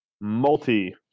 multi